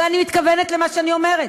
ואני מתכוונת למה שאני אומרת.